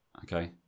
okay